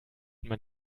man